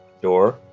door